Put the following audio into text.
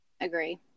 Agree